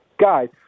guys